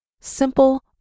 Simple